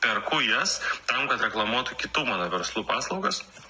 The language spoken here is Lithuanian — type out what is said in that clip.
perku jas tam kad reklamuotų kitų mano verslų paslaugas